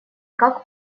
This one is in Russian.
как